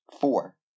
Four